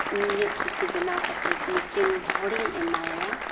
ᱤᱧᱟᱹᱜ ᱛᱤᱛᱮ ᱵᱮᱱᱟᱣ ᱠᱟᱛᱮᱫ ᱢᱤᱫᱴᱮᱱ ᱦᱚᱲᱤᱧ ᱮᱢᱟᱭᱟ